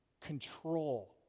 Control